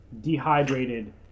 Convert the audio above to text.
dehydrated